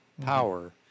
power